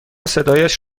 صدایش